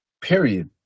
Period